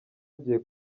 agiye